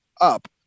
up